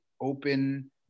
open